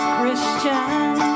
Christian